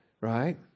right